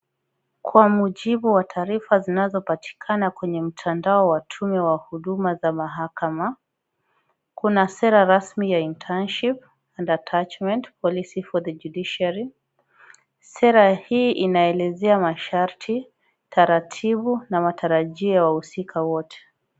Kwa mjibu wa taarifa zinazopatikana kwenye mtandao wa tume wa huduma za mahakama, kuna sera rasmi ya internship and attachment policy for the Judiciary . Sera hii inaelezea masharti, taratibu na matarajio ya wahusika wote.